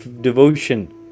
devotion